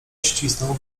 ścisnął